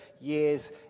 years